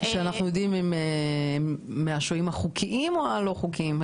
אנחנו יודעים אם הם שוהים חוקיים או לא חוקיים?